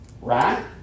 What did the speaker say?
right